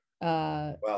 Wow